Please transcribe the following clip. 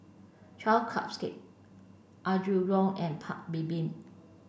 twelve Cupcakes Apgujeong and Paik Bibim